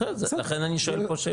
בסדר, לכן אני שואל פה שאלות.